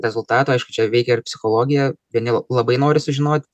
rezultatų aišku čia veikia ir psichologija vieni labai nori sužinot